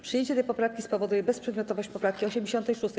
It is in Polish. Przyjęcie tej poprawki spowoduje bezprzedmiotowość poprawki 86.